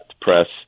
press